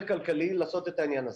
יותר כלכלי לעשות את העניין הזה.